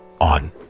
on